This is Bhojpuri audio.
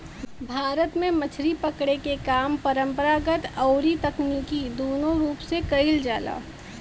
भारत में मछरी पकड़े के काम परंपरागत अउरी तकनीकी दूनो रूप से कईल जाला